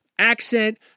Accent